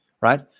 right